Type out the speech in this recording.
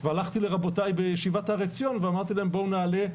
והלכתי לרבותי בישיבת הר עציון" ואמרתי להם: בואו נעלה,